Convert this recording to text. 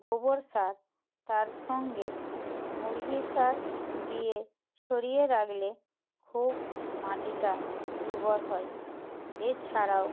গোবর সার তার সঙ্গে মুরগি সার দিয়ে ছড়িয়ে রাখলে খুব মাটিটা উর্বর হয় এছাড়াও